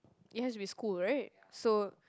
it has to be school right so